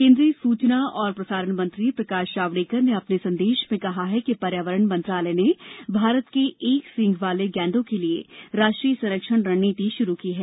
केंद्रीय सूचना और प्रसारण मंत्री प्रकाश जावड़ेकर ने अपने संदेश में कहा कि पर्यावरण मंत्रालय ने भारत के एक सींग वाले गैंडों के लिए राष्ट्रीय संरक्षण रणनीति शुरू की है